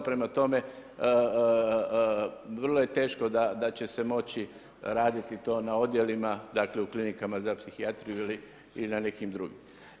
Prema tome, vrlo je teško da će se moći raditi to na odjelima, dakle u klinikama za psihijatriju ili na nekim drugim.